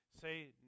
say